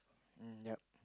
um yup